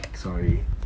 sorry